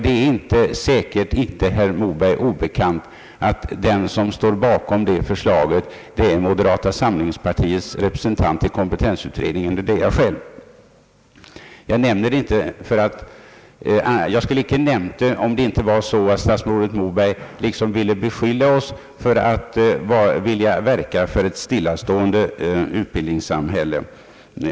Det är säkert inte herr Moberg obekant att den som står bakom det förslaget är moderata samlingspartiets representant i kompetensutredningen. Det är jag själv. Jag skulle inte säga detta om det inte vore så att statsrådet liksom vill beskylla oss för att vilja verka för ett stillastående utbildningssamhälle.